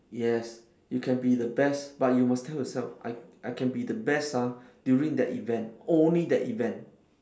yes you can be the best but you must tell yourself I I can be the best ah during that event only that event